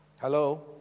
Hello